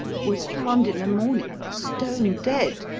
was found in the morning stone-dead!